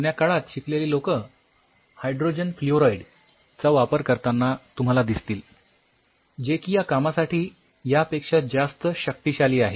जुन्या काळात शिकलेली लोकं हायड्रोजन फ्ल्युओराइड चा वापर करतांना तुम्हाला दिसतील जे की या कामासाठी यापेक्षा जास्त शक्तिशाली आहे